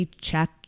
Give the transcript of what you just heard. check